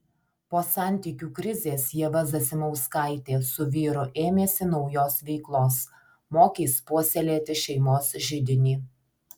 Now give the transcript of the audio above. po santykių krizės ieva zasimauskaitė su vyru ėmėsi naujos veiklos mokys puoselėti šeimos židinį